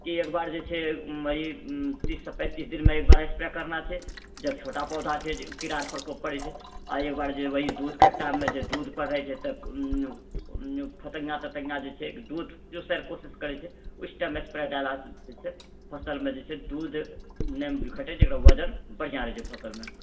की एक बार जे छै ई तीस सँ पैंतीस दिनमे एकबार स्प्रे करना छै जब छोटा पौधा छै कीड़ाके प्रकोप पड़ए छै आओर एकबार जे वही दुधकट्टामे जब दूध पर रहै छै तऽफतिङ्गा तटिङ्गा जे छै दूध चूसएके कोशिश करै छै उस टाइम स्प्रे देलासँ जे छै फसलमे जे छै दूध नहि घटए छै वजन बढ़िआँ रहै छै फसलमे